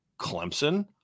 Clemson